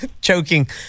choking